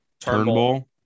Turnbull